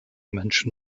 menschen